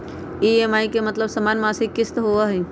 EMI के मतलब समान मासिक किस्त होहई?